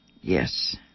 Yes